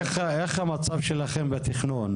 איך המצב שלכם בתכנון?